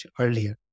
earlier